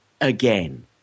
again